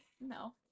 No